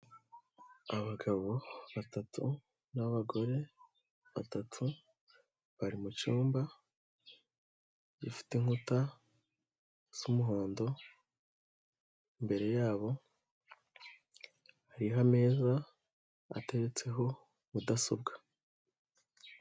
Abagabo batatu n'abagore batatu bari mu cyumba gifite inkuta z'umuhondo, imbere yabo hariho ameza ateretseho mudasobwa.